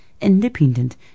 independent